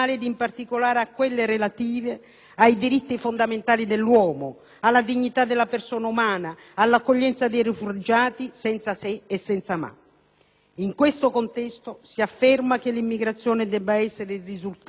ai diritti fondamentali dell'uomo, alla dignità della persona umana, all'accoglienza dei rifugiati senza se e senza ma. In questo contesto, si afferma che l'immigrazione debba essere il risultato di una duplice volontà,